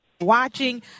watching